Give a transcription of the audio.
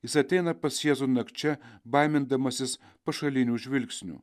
jis ateina pas jėzų nakčia baimindamasis pašalinių žvilgsnių